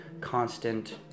constant